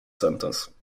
sentence